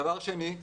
דבר שני,